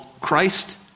Christ